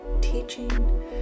teaching